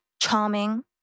charming